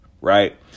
Right